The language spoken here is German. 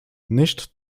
nicht